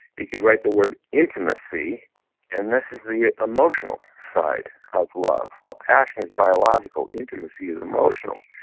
you could write the word intimacy and this is the emotional side of love. while passion is biological, intimacy is emotional.